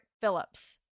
Phillips